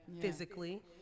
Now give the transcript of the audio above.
physically